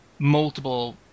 multiple